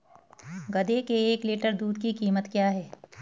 गधे के एक लीटर दूध की कीमत क्या है?